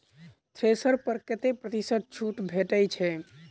Thresher पर कतै प्रतिशत छूट भेटय छै?